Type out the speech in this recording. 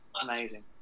amazing